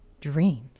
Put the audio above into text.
dreams